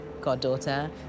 goddaughter